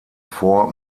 vor